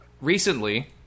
recently